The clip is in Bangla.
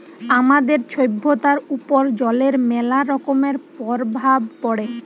আমাদের ছভ্যতার উপর জলের ম্যালা রকমের পরভাব পড়ে